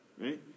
right